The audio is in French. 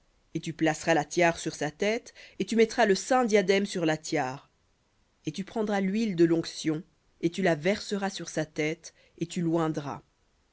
et tu placeras la tiare sur sa tête et tu mettras le saint diadème sur la tiare et tu prendras l'huile de l'onction et tu la verseras sur sa tête et tu